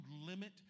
limit